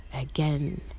again